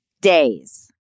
days